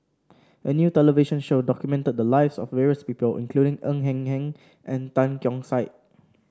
a new television show documented the lives of various people including Ng Eng Hen and Tan Keong Saik